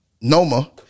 Noma